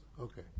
Okay